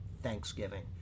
Thanksgiving